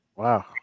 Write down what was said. Wow